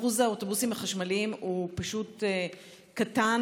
אחוז האוטובוסים החשמליים פשוט קטן,